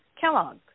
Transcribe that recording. Kellogg